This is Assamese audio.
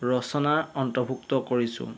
ৰচনা অন্তৰ্ভুক্ত কৰিছোঁ